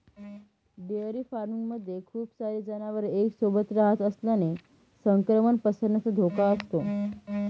dairy farming मध्ये खूप सारे जनावर एक सोबत रहात असल्याने संक्रमण पसरण्याचा धोका असतो